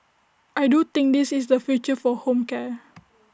I do think this is the future for home care